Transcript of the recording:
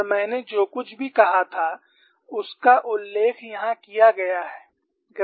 और मैंने जो कुछ भी कहा था उसका उल्लेख यहां किया गया है